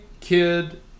kid